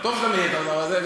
טוב שאתה מאיר את הדבר הזה.